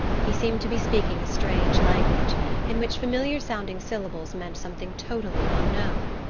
he seemed to be speaking a strange language in which familiar-sounding syllables meant something totally unknown.